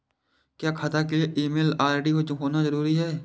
क्या खाता के लिए ईमेल आई.डी होना जरूरी है?